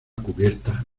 cubierta